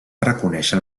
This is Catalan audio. reconèixer